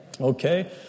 Okay